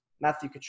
Matthew